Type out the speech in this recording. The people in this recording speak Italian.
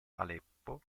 aleppo